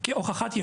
ביד אחת,